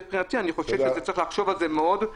מבחינתי אני חושב שצריך לחשוב על זה מאוד.